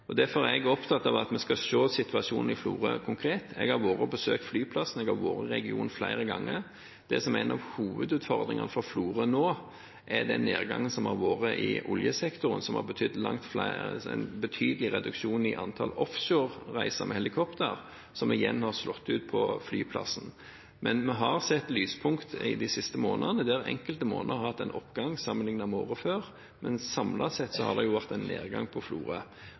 Derfor er jeg opptatt av at vi skal se situasjonen på Florø konkret. Jeg har vært og besøkt flyplassen, jeg har vært i regionen flere ganger. Det som er en av hovedutfordringene for Florø nå, er den nedgangen som har vært i oljesektoren, som har ført til en betydelig reduksjon i antall offshorereiser med helikopter, som igjen har slått ut på flyplassen. Vi har sett lyspunkter i de siste månedene, der enkelte måneder har hatt en oppgang sammenlignet med året før, men samlet sett har det vært en nedgang på